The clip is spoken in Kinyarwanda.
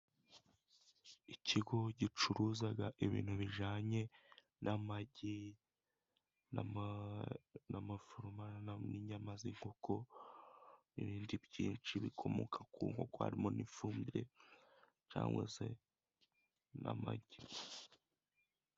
Ikigo gicuruza ibintu bijyanye n'amagi n'amaforumaje n'inyama z'inkoko, n'ibindi byinshi bikomoka ku nkoko harimo n'ifumbire cyangwa se n'amagi.